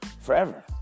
forever